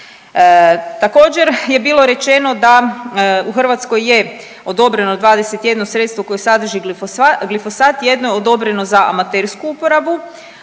Također je bilo rečeno da u Hrvatskoj je odobreno 21 sredstvo koje sadrži glifosat, jedno je odobreno za amatersku uporabu,